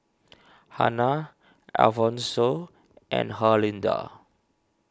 Hannah Alphonso and Herlinda